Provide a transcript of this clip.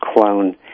clone